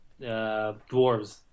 dwarves